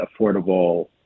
affordable